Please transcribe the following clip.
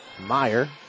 Meyer